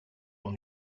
dans